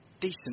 decent